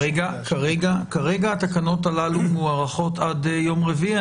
כרגע התקנות הללו מוארכות עד יום רביעי.